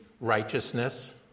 Righteousness